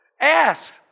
Ask